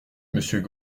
monsieur